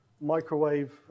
microwave